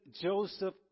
Joseph